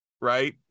right